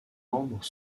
membres